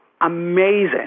amazing